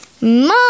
Mom